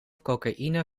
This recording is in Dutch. cocaïne